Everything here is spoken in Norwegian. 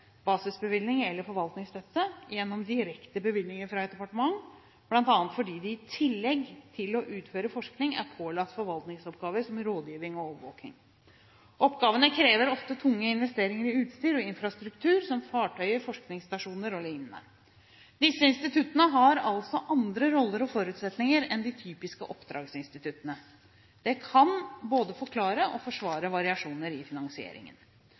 basisbevilgning eller forvaltningsstøtte – gjennom direkte bevilgninger fra et departement, bl.a. fordi de i tillegg til å utføre forskning er pålagt forvaltningsoppgaver som rådgivning og overvåking. Oppgavene krever ofte tunge investeringer i utstyr og infrastruktur, som fartøyer, forskningsstasjoner o.l. Disse instituttene har altså andre roller og forutsetninger enn de typiske oppdragsinstituttene. Det kan både forklare og forsvare variasjoner i finansieringen.